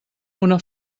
una